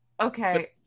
Okay